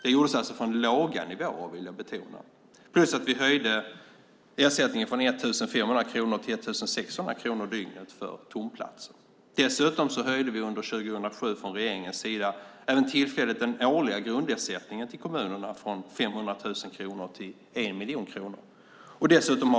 Det gjordes alltså från låga nivåer, vill jag betona. Vi höjde också ersättningen från 1 500 kronor till 1 600 kronor dygnet för tomplatser. Dessutom höjde regeringens 2007 tillfälligt även den årliga grundersättningen till kommunerna från 500 000 kronor till 1 miljon kronor.